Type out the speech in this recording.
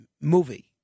movie